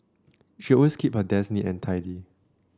she always keep her desk neat and tidy